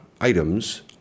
items